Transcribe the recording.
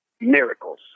miracles